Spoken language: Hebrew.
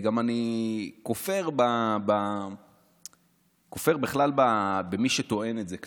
אני גם כופר בכלל במי שטוען את זה כלפינו,